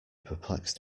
perplexed